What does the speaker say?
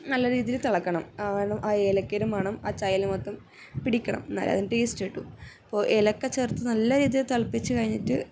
നല്ല രീതിയിൽ തിളക്കണം ആ ഏലക്കയുടെ മണം ആ ചായയിൽ മൊത്തം പിടിക്കണം എന്നാലേ അതിനു ടേസ്റ്റ് കിട്ടൂ അപ്പോൾ ഏലക്കാ ചേർത്ത് നല്ല രീതിയിൽ തിളപ്പിച്ച് കഴിഞ്ഞിട്ട്